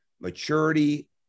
maturity